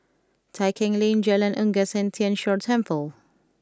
Tai Keng Lane Jalan Unggas and Tien Chor Temple